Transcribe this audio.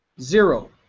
Zero